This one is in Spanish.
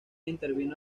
intervino